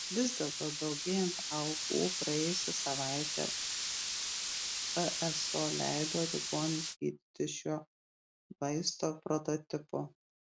vis dėlto daugėjant aukų praėjusią savaitę pso leido ligonius gydyti šiuo vaisto prototipu